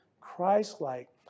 Christ-like